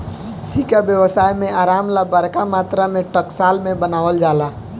सिक्का व्यवसाय में आराम ला बरका मात्रा में टकसाल में बनावल जाला